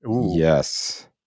Yes